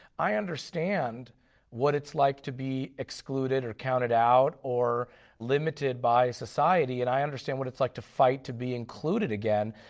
i understand what it's like to be excluded or counted out or limited by society and i understand what it's like to fight to be included again.